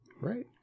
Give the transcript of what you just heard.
Right